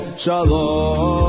Shalom